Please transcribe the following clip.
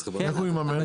איך הוא יממן?